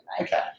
Okay